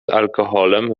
alkoholem